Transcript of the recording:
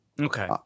Okay